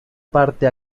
parte